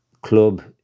club